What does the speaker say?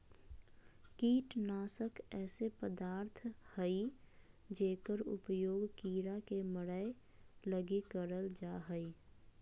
कीटनाशक ऐसे पदार्थ हइंय जेकर उपयोग कीड़ा के मरैय लगी करल जा हइ